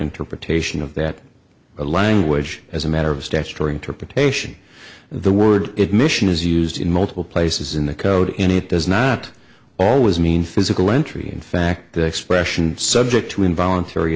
interpretation of that language as a matter of stature interpretation the word it mission is used in multiple places in the code in it does not always mean physical entry in fact the expression subject to involuntary